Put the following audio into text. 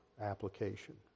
application